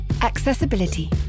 Accessibility